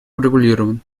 урегулирован